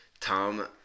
Tom